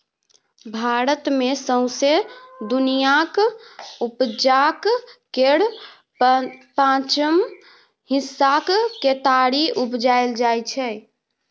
भारत मे सौंसे दुनियाँक उपजाक केर पाँचम हिस्साक केतारी उपजाएल जाइ छै